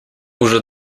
уже